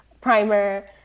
primer